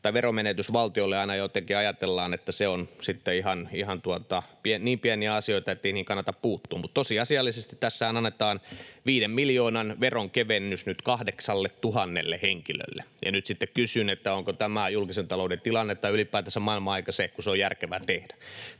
tästä veromenetyksestä valtiolle aina jotenkin ajatellaan, että se on sitten ihan niin pieniä asioita, ettei niihin kannata puuttua, mutta tosiasiallisesti tässähän nyt annetaan 5 miljoonan veronkevennys 8 000 henkilölle. Ja nyt sitten kysyn, onko tämä julkisen talouden tilanne ja ylipäätänsä maailmanaika se, jolloin se on järkevää tehdä.